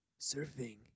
surfing